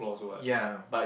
ya